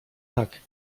tak